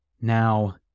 Now